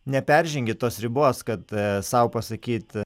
neperžengi tos ribos kad sau pasakyt